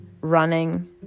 running